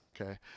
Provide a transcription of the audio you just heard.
okay